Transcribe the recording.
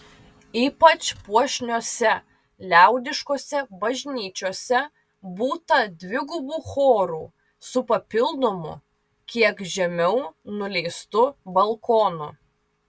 ypač puošniose liaudiškose bažnyčiose būta dvigubų chorų su papildomu kiek žemiau nuleistu balkonu